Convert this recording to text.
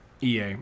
EA